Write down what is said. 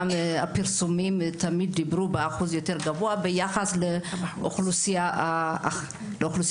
הפרסומים תמיד דיברו באחוז יותר גבוה ביחס לאוכלוסייה הכללית.